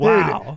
Wow